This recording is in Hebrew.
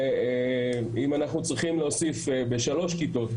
ואם אנחנו צריכים להוסיף בשלוש כיתות,